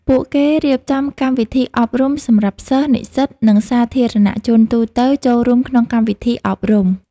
ពួកគេរៀបចំកម្មវិធីអប់រំសម្រាប់សិស្ស និស្សិត និងសាធារណជនទូទៅចូលរួមក្នុងកម្មវិធីអប់រំ។